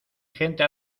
gente